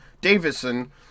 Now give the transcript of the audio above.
davison